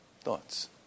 thoughts